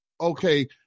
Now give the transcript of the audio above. okay